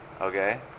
Okay